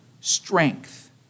strength